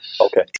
Okay